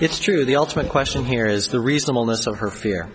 it's true the ultimate question here is the reasonableness of her fear